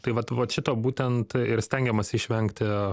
tai vat vat šito būtent ir stengiamasi išvengti